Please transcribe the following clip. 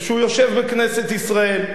זה שהוא יושב בכנסת ישראל.